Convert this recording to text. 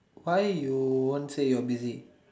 why you won't say you're busy